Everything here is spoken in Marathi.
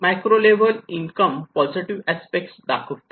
micro level income positive aspect दाखवतो